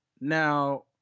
now